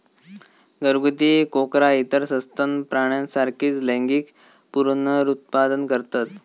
घरगुती कोकरा इतर सस्तन प्राण्यांसारखीच लैंगिक पुनरुत्पादन करतत